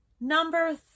Number